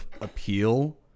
appeal